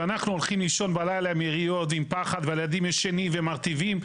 ואנחנו הולכים לישון בלילה עם יריות ועם פחד והילדים ישנים ומרטיבים,